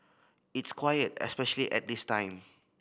it's quiet especially at this time